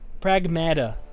Pragmata